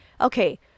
Okay